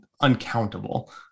uncountable